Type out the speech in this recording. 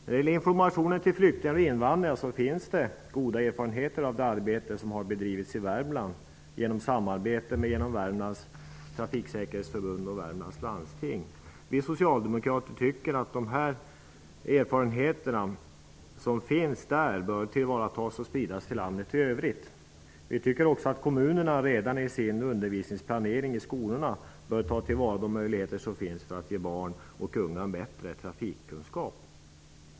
Beträffande information till flyktingar och invandrare finns det goda erfarenheter av det arbete som har bedrivits i Värmland genom samarbete med ett av Värmlands trafiksäkerhetsförbund och Värmlands landsting. Vi socialdemokrater anser att dessa erfarenheter bör tillvaratas och spridas till landet i övrigt. Kommunerna bör redan i sina undervisningsplaneringar för skolorna ta till vara de möjligheter som finns för att ge barn och unga bättre trafikkunskap.